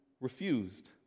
refused